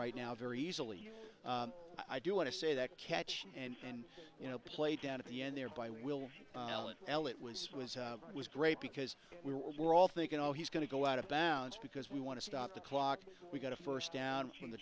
right now very easily i do want to say that catch and you know play down at the end there by will l it was was was great because we were all thinking oh he's going to go out of bounds because we want to stop the clock we got a first down in the